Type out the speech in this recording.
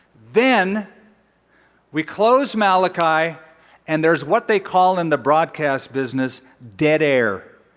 then we close malachi and there's what they call in the broadcast business, dead air.